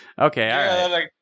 Okay